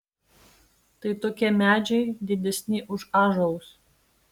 tai tokie medžiai didesni už ąžuolus